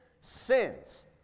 sins